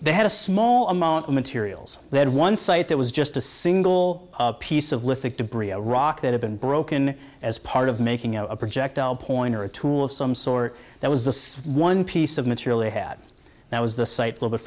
they had a small amount of materials they had one site that was just a single piece of lithic debris a rock that had been broken as part of making out a projectile point or a tool of some sort that was the one piece of material they had that was the sit